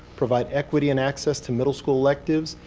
provide equity and access to middle school electives.